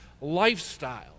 lifestyle